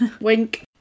wink